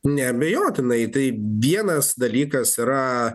neabejotinai tai vienas dalykas yra